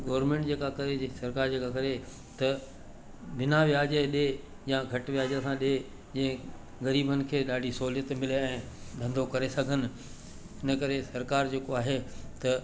government जेका करे थी सरकार जेका करे त बिना व्याज जे ॾिए या घटि व्याज सां ॾिए जीअं ग़रीबनि खे ॾाढी सहूलियत मिले ऐं धंधो करे सघनि हिन करे सरकार जेको आहे त